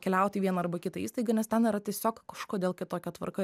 keliauti į vieną arba į kitą įstaigą nes ten yra tiesiog kažkodėl kitokia tvarka